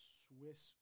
swiss